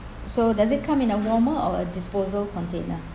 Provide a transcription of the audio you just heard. so does it come in a warmer or a disposal container